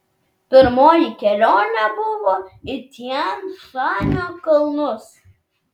pirmoji kelionė buvo į tian šanio kalnus